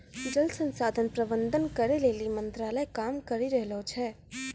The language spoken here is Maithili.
जल संसाधन प्रबंधन करै लेली मंत्रालय काम करी रहलो छै